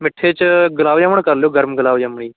ਮਿੱਠੇ 'ਚ ਗੁਲਾਬ ਜਾਮਣ ਕਰ ਲਿਓ ਗਰਮ ਗੁਲਾਬ ਜਾਮਣ ਜੀ